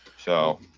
so